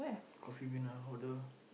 Coffee-Bean ah order